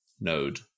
node